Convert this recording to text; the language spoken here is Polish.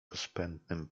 rozpędnym